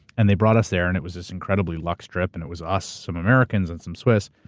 and they brought us there and it was this incredibly lux trip and it was us, some americans and some swiss.